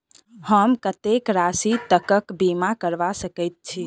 हम कत्तेक राशि तकक बीमा करबा सकैत छी?